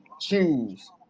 choose